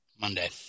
Monday